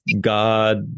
God